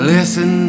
Listen